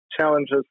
challenges